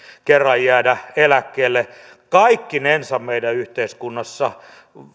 kerran jäädä eläkkeelle kaikkinensa meidän yhteiskunnassa